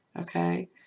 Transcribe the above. Okay